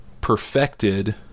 perfected